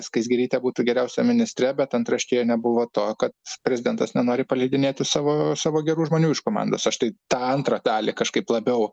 skaisgirytė būtų geriausia ministre bet antraštėje nebuvo to kad prezidentas nenori paleidinėti savo savo gerų žmonių iš komandos aš tai tą antrą dalį kažkaip labiau